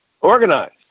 organize